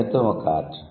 గణితం ఒక ఆర్ట్